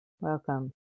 Welcome